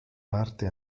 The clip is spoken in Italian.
parte